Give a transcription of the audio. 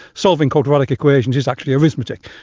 solving quadratic occasions is actually arithmetic.